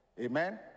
Amen